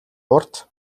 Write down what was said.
урт